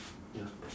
ya